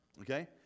Okay